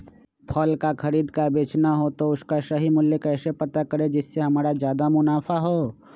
फल का खरीद का बेचना हो तो उसका सही मूल्य कैसे पता करें जिससे हमारा ज्याद मुनाफा हो?